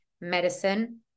medicine